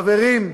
חברים,